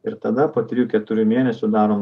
ir tada po trijų keturių mėnesių daro